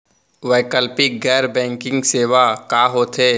वैकल्पिक गैर बैंकिंग सेवा का होथे?